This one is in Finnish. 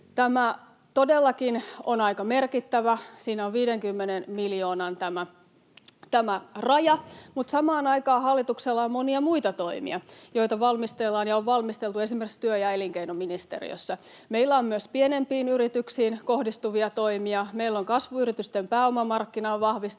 Tämä todellakin on aika merkittävä — siinä on tämä 50 miljoonan raja — mutta samaan aikaan hallituksella on monia muita toimia, joita valmistellaan ja on valmisteltu esimerkiksi työ‑ ja elinkeinoministeriössä. Meillä on myös pienempiin yrityksiin kohdistuvia toimia. Meillä on kasvuyritysten pääomamarkkinan vahvistamiseen